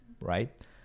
right